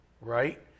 right